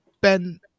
ben